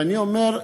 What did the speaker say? ואני אומר,